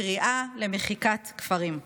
קריאה למחיקת כפרים,